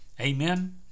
Amen